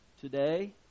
today